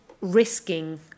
risking